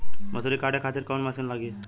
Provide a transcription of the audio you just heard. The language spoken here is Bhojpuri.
मसूरी काटे खातिर कोवन मसिन लागी?